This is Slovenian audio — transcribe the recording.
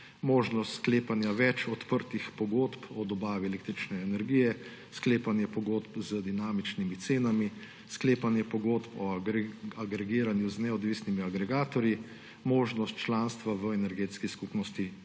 možnost sklepanja več odprtih pogodb o dobavi električne energije, sklepanje pogodb z dinamičnimi cenami, sklepanje pogodb o agregiranju z neodvisnimi agregatorji, možnost članstva v energetski skupnosti